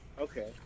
okay